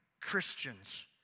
Christians